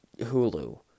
Hulu